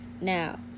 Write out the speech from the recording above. Now